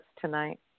tonight